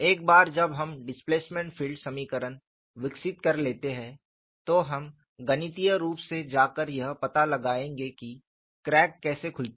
एक बार जब हम डिस्पैसमेंट फील्ड समीकरण विकसित कर लेते हैं तो हम गणितीय रूप से जाकर यह पता लगाएंगे कि क्रैक कैसे खुलती है